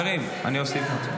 אל תטיפי לי מוסר.